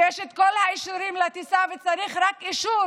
יש את כל האישורים לטיסה, וצריך רק אישור